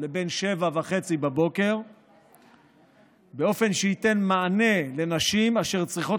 לבין 07:30 באופן שייתן מענה לנשים אשר צריכות